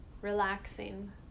relaxing